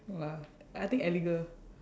no lah I think eleger